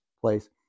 place